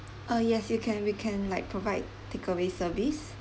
uh yes you can we can like provide takeaway service